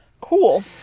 Cool